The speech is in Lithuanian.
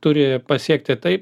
turi pasiekti tai